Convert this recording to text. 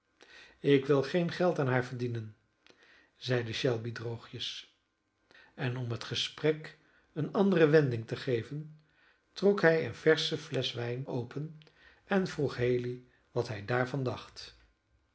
ik wil geen geld aan haar verdienen zeide shelby droogjes en om het gesprek eene andere wending te geven trok hij eene versche flesch wijn open en vroeg haley wat hij daarvan dacht